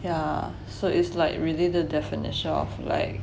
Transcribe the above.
yeah so is like really the definition of like